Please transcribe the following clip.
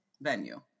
venue